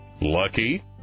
Lucky